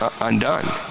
undone